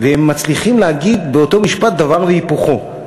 והם מצליחים להגיד באותו משפט דבר והיפוכו,